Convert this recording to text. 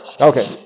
Okay